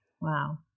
Wow